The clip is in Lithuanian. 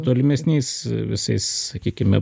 tolimesniais visais sakykime